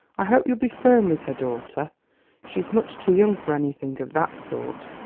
i hope you'll be firm with her, daughter she's much too young for anything of that sort.